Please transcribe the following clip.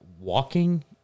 walking